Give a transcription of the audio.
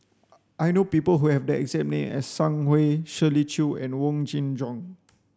I know people who have the exact name as Sang Hui Shirley Chew and Wong Kin Jong